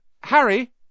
Harry